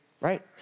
right